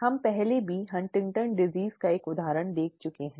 हम पहले भी हंटिंगटन की बीमारी Huntington's disease का एक उदाहरण देख चुके हैं